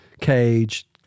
cage